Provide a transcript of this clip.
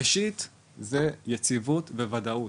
ראשית זה יציבות וודאות,